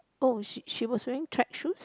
oh she she was wearing track shoes